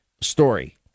story